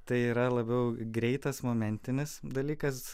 tai yra labiau greitas momentinis dalykas